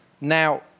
Now